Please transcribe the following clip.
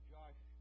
Josh